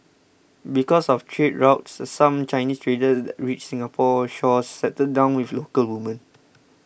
because of trade routes some Chinese traders that reached Singapore's shores settled down with local women